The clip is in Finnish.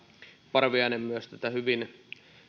parviainen tätä hyvin